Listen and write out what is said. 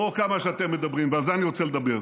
הו, כמה שאתם מדברים, ועל זה אני רוצה לדבר,